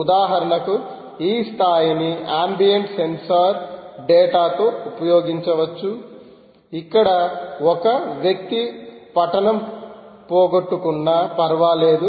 ఉదాహరణకు ఈ స్థాయిని యాంబియంట్ సెన్సార్ డేటా తో ఉపయోగించవచ్చు ఇక్కడ ఒక వ్యక్తి పఠనం పోగొట్టుకున్నా ఫర్వాలేదు